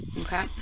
Okay